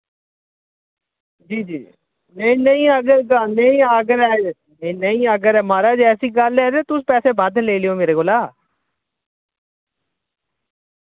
जी जी नेईं नेईं अगर नेईं अगर ऐ नेईं नेईं अगर माराज ऐसी गल्ल ऐ ते तुस पैसे बद्ध लेई लेओ मेरे कोला